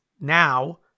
now